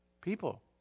People